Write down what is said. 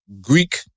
Greek